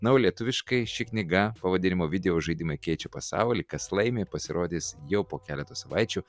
na o lietuviškai ši knyga pavadinimu videožaidimai keičia pasaulį kas laimi pasirodys jau po keletos savaičių